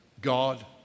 God